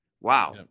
Wow